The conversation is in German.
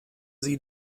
sie